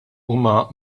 huma